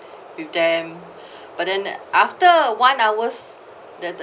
with them but then after one hour